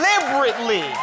deliberately